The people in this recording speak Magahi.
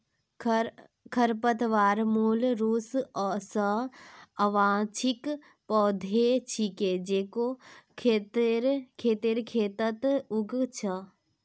खरपतवार मूल रूप स अवांछित पौधा छिके जेको खेतेर खेतत उग छेक